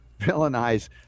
villainize